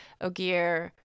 ogier